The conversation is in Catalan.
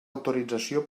autorització